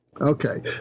Okay